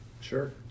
Sure